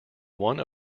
one